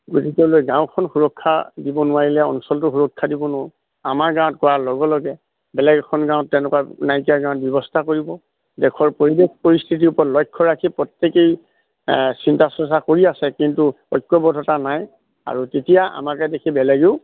গতিকেলৈ গাঁওখন সুৰক্ষা দিব নোৱাৰিলে অঞ্চলটো সুৰক্ষা দিব নোৱাৰো আমাৰ গাঁৱত কৰাৰ লগে লগে বেলেগ এখন গাঁৱত তেনেকুৱা নাইকিয়া গাঁৱত ব্যৱস্থা কৰিব দেশৰ পৰিৱেশ পৰিস্থিৰ ওপৰত লক্ষ্য ৰাখি প্ৰত্যেকেই চিন্তা চৰ্চা কৰি আছে কিন্তু ঐক্যবদ্ধতা নাই আৰু তেতিয়া আমাকে দেখি বেলেগেও